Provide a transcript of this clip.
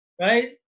right